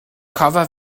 cover